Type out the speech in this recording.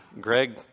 Greg